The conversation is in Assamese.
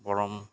পৰম